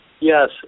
Yes